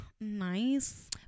nice